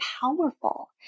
powerful